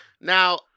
Now